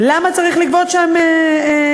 למה צריך לגבות שם תשלום?